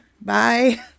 bye